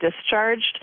discharged